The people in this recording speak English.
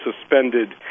suspended